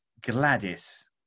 Gladys